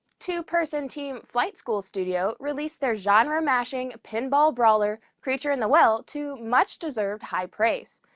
two-person team flight school studio released their genre-mashing pinball brawler creature in the well to much deserved high praise.